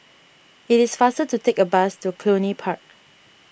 it is faster to take a bus to Cluny Park